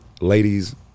Ladies